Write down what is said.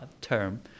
term